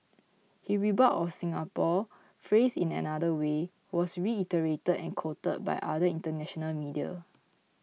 his rebuke of Singapore phrased in another way was reiterated and quoted by other international media